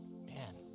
man